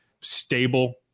stable